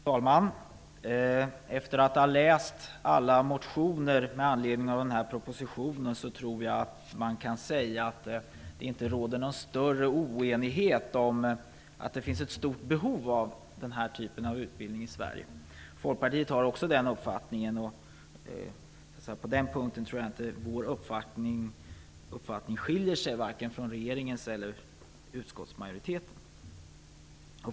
Fru talman! Efter att ha läst alla motioner med anledning av propositionen i fråga tror jag att man kan säga att det inte råder någon större oenighet om att det finns ett stort behov av nämnda typ av utbildning i Sverige. Vi i Folkpartiet har också den uppfattningen. På den punkten tror jag inte att vår uppfattning skiljer sig vare sig från regeringens eller från utskottsmajoritetens.